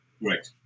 Right